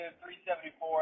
374